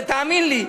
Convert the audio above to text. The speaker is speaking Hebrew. תאמין לי,